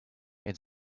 its